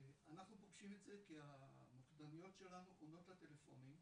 אנחנו פוגשים את זה כי המוקדניות שלנו עונות לטלפונים,